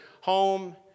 home